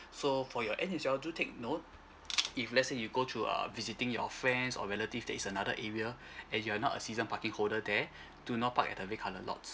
so for your end is you're do take note if let's say you go to err visiting your friends or relative that is another area and you are not a season parking holder there do not park at the red colour lots